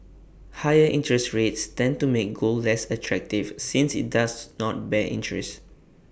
higher interest rates tend to make gold less attractive since IT does not bear interest